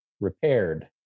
repaired